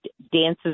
dances